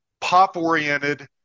pop-oriented